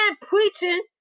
preaching